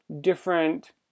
different